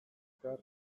azkar